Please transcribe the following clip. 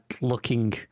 looking